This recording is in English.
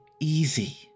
easy